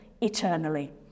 eternally